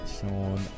Sean